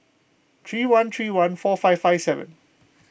three one three one four five five seven